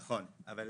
נכון, אבל